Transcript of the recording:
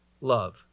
love